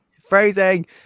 phrasing